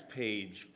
page